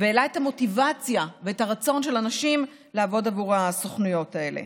והעלה את המוטיבציה ואת הרצון של האנשים לעבוד עבור הסוכנויות האלה.